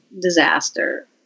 disaster